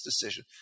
decision